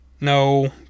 No